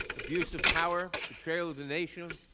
abuse of power, betrayal of the nation,